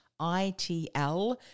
itl